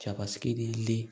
शाब्बास्की दिल्ली